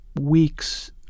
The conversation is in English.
weeks